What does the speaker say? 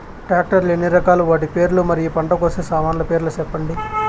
Tractor లు ఎన్ని రకాలు? వాటి పేర్లు మరియు పంట కోసే సామాన్లు పేర్లను సెప్పండి?